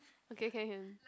okay can can